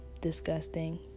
Disgusting